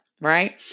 right